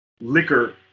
Liquor